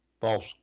False